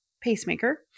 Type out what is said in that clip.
pacemaker